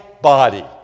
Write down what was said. body